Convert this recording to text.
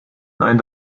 nein